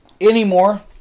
anymore